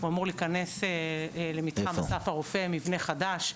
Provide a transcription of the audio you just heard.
הוא אמור להיכנס למתחם אסף הרופא, מבנה חדש.